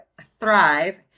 thrive